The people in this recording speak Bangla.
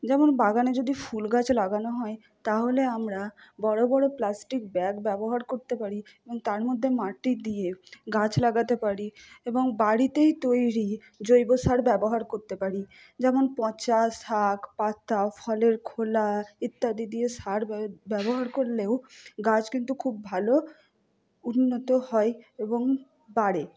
যেমন বাগানে যদি ফুল গাছ লাগানো হয় তাহলে আমরা বড়ো বড়ো প্লাস্টিক ব্যাগ ব্যবহার করতে পারি এবং তার মধ্যে দিয়ে গাছ লাগাতে পারি এবং বাড়িতেই তৈরি জৈব সার ব্যবহার করতে পারি যেমন পচা শাক পাতা ফলের খোলা ইত্যাদি দিয়ে সার ব্যবহার করলেও গাছ কিছু খুব ভালো উন্নত হয় এবং বাড়ে